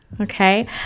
Okay